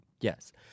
Yes